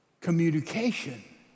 communication